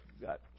Got